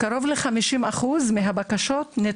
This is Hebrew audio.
קרוב ל-50% מהבקשות לקבלת היתר לטיפול בארץ,